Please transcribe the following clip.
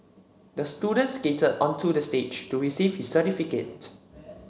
the student skated onto the stage to receive his certificate